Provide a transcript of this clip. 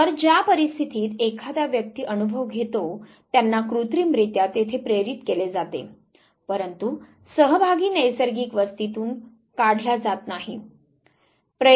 तर ज्या परिस्थितीत एखादा व्यक्ति अनुभव घेतो त्यांना कृत्रिमरीत्या तेथे प्रेरित केले जाते परंतु सहभागी नैसर्गिक वस्ती तून काढला जात नाही प्रयोग शाळेच्या केंद्रात आणला जात नाही